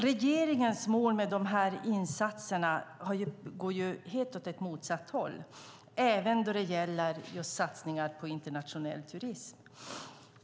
Regeringens mål med dessa insatser går helt åt ett motsatt håll, även då det gäller satsningar på internationell turism.